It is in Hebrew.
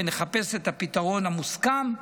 ונחפש את הפתרון המוסכם,